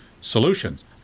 solutions